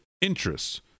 interests